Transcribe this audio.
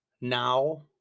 now